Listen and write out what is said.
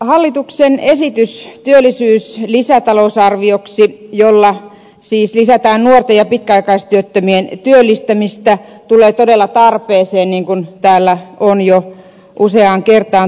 hallituksen esitys työllisyyslisätalousarvioksi jolla siis lisätään nuorten ja pitkäaikaistyöttömien työllistämistä tulee todella tarpeeseen niin kuin täällä on jo useaan kertaan todettu